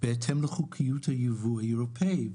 בהתאם לחוקיות היבוא האירופאי,